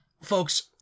Folks